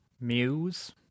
muse